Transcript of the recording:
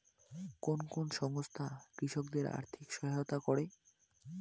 কোন কোন সংস্থা কৃষকদের আর্থিক সহায়তা করে?